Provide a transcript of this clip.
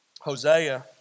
Hosea